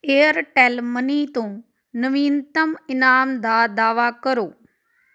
Airtel money ਤੋਂ ਨਵੀਨਤਮ ਇਨਾਮ ਦਾ ਦਾਅਵਾ ਕਰੋ